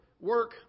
work